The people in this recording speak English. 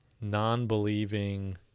non-believing